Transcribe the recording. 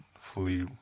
fully